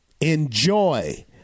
enjoy